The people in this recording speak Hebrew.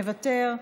מוותר,